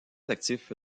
actif